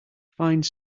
fine